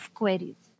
queries